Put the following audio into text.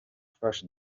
flash